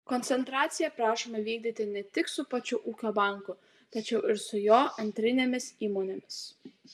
koncentracija prašoma vykdyti ne tik su pačiu ūkio banku tačiau ir su jo antrinėmis įmonėmis